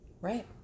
Right